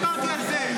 לא דיברתי על זה,